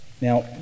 Now